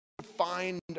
find